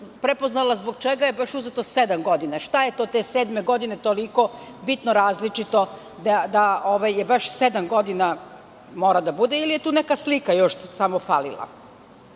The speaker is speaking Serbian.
prepoznala zbog čega je uzeto baš sedam godina? Šta je to te sedme godine toliko bitno različito da baš sedam godina mora da bude ili je tu još neka slika samo falila?U